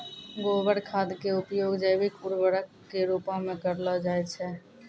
गोबर खाद के उपयोग जैविक उर्वरक के रुपो मे करलो जाय छै